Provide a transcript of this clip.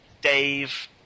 Dave